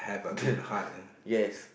yes